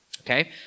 Okay